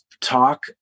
talk